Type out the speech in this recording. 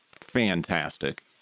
fantastic